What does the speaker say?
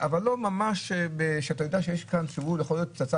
אבל לא כשאתה יודע שהוא יכול להיות פצצה